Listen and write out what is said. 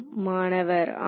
மாணவர் ஆம்